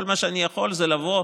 כל מה שאני יכול זה לבוא